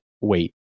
wait